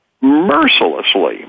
mercilessly